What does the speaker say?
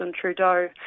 Trudeau